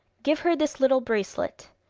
give her this little bracelet,